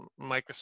Microsoft